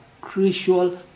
crucial